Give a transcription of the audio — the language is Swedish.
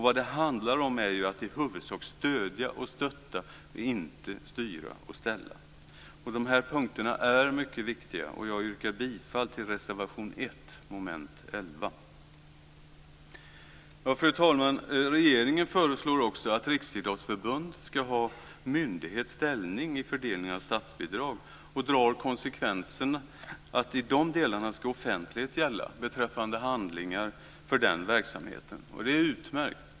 Vad det handlar om är ju att i huvudsak stödja och stötta, inte att styra och ställa. Och de här punkterna är mycket viktiga. Jag yrkar bifall till reservation 1 Fru talman! Regeringen föreslår också att Riksidrottsförbundet ska ha myndighets ställning vid fördelning av statsbidrag och drar konsekvensen att offentlighet ska gälla i de delarna beträffande handlingar för den verksamheten. Det är utmärkt.